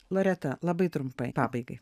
loreta labai trumpai pabaigai